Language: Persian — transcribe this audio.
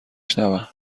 شنوم